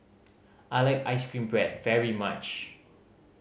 I like ice cream bread very much